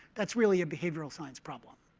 that's really a behavioral science problem.